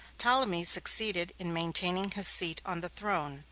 ptolemy succeeded in maintaining his seat on the throne,